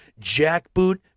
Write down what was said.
jackboot